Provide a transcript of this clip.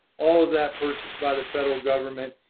all of that purchased by the federal government.